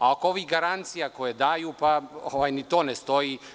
Oko ovih garancija koje daju, ni to ne stoji.